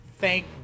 Thank